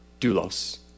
doulos